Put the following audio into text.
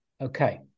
Okay